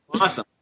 awesome